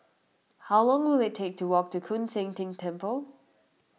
how long will it take to walk to Koon Seng Ting Temple